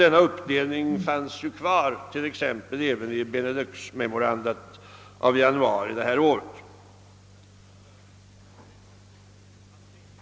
Denna uppdelning fanns kvar även i t.ex. det memorandum från Benelux-länderna som skrevs i januari i år.